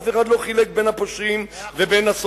אף אחד לא חילק לפושעים ולשורפים,